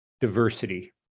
diversity